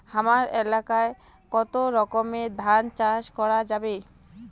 হামার এলাকায় কতো রকমের ধান চাষ করা যাবে?